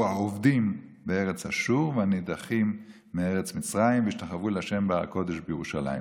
האֹבְדים בארץ אשור והנדחים בארץ מצרים והשתחוו לה' בהר הקדש בירושלם".